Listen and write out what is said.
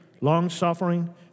long-suffering